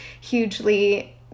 hugely